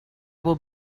will